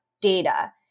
data